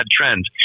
trend